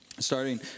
Starting